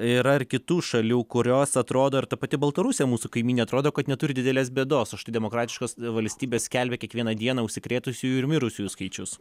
yra ir kitų šalių kurios atrodo ir ta pati baltarusija mūsų kaimynė atrodo kad neturi didelės bėdos už tai demokratiškos valstybės skelbia kiekvieną dieną užsikrėtusiųjų ir mirusiųjų skaičius